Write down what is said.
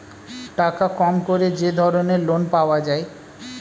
টাকা কম করে যে ধরনের লোন পাওয়া যায়